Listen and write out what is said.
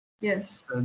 Yes